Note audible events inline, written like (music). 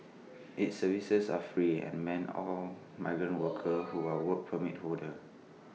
its services are free and meant all migrant (noise) worker who are Work Permit holder